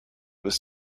was